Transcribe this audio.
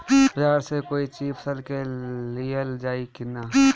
बाजार से कोई चीज फसल के लिहल जाई किना?